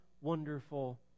wonderful